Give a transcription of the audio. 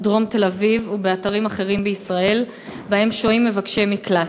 דרום תל-אביב ובאתרים אחרים בישראל שבהם שוהים מבקשי מקלט.